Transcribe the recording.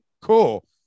cool